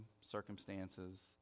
circumstances